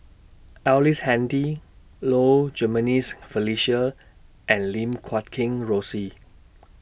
Ellice Handy Low Jimenez Felicia and Lim Guat Kheng Rosie